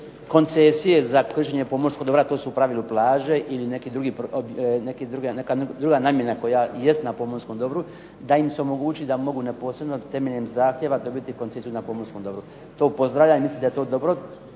koncesije za korištenje pomorskog dobra a to su u pravilu plaže ili neka druga namjena koja jest na pomorskom dobru, da im se omogući da mogu neposredno temeljem zahtjeva dobiti koncesiju na pomorskom dobru. To pozdravljam i mislim da je to dobro,